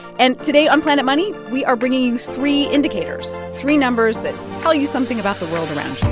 and today on planet money, we are bringing three indicators, three numbers that tell you something about the world around